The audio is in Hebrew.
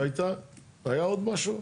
היה עוד משהו?